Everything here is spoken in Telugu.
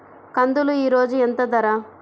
కందులు ఈరోజు ఎంత ధర?